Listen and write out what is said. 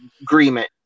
agreement